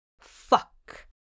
Fuck